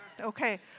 Okay